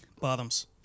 Bottoms